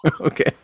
Okay